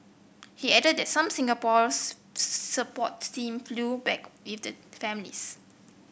he added that some Singapore's support team flew back with the families